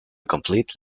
complete